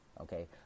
okay